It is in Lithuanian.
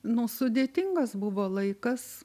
nu sudėtings buvo laikas